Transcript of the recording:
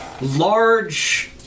large